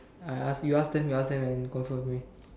I ask you ask them you ask them and confirm with me